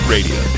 Radio